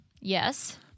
Yes